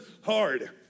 hard